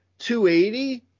280